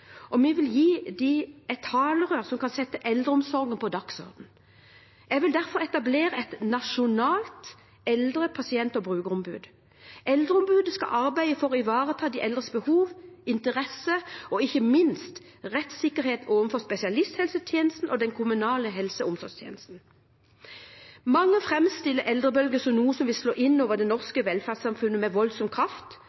og vi vil gi dem et talerør som kan sette eldreomsorgen på dagsordenen. Jeg vil derfor etablere et nasjonalt eldre-, pasient- og brukerombud. Eldreombudet skal arbeide for å ivareta de eldres behov, interesser og ikke minst rettssikkerhet overfor spesialisthelsetjenesten og den kommunale helse- og omsorgstjenesten. Mange framstiller eldrebølgen som noe som vil slå inn over det